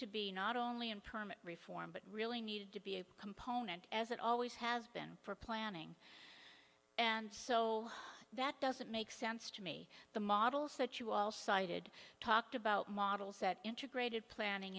to be not only in permit reform but really needed to be a component as it always has been for planning and so that doesn't make sense to me the models that you all cited talked about models that intra graded planning